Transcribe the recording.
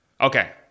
Okay